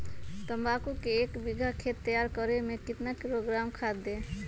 तम्बाकू के एक बीघा खेत तैयार करें मे कितना किलोग्राम खाद दे?